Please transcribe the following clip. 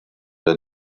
der